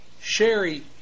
Sherry